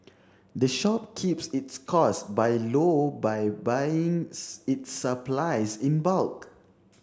the shop keeps its costs by low by buyings its supplies in bulk